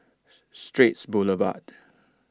Straits Boulevard